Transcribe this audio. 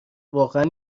واقعا